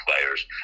players